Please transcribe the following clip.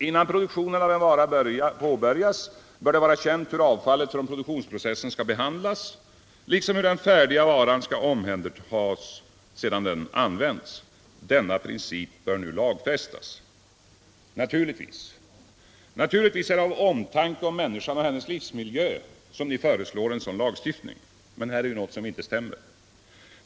Innan produktionen av en vara påbörjas bör det vara känt hur avfallet från produktionsprocessen skall behandlas liksom hur den färdiga varan skall omhändertas sedan den använts. Denna princip bör nu lagfästas.” Naturligtvis är det av omtanke om människan och hennes livsmiljö som ni föreslår en sådan lagstiftning. Men här är det ju något som inte stämmer.